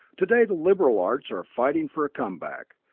today the liberal arts are fighting for a come-back,